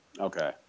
Okay